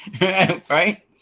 Right